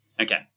Okay